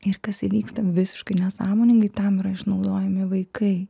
ir kas įvyksta visiškai nesąmoningai tam yra išnaudojami vaikai